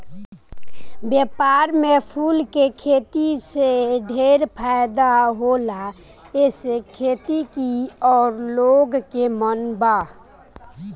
व्यापार में फूल के खेती से ढेरे फायदा होला एसे खेती की ओर लोग के मन जाला